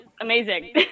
amazing